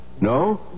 No